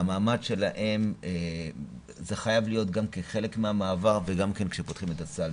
שהמעמד שלהם חייב להיות כחלק מהמעבר וגם כן כשפותחים את הסל.